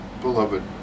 Beloved